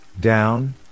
down